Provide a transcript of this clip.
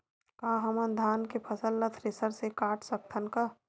का हमन धान के फसल ला थ्रेसर से काट सकथन का?